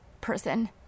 person